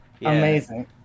Amazing